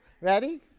Ready